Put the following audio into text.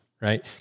right